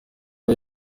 aho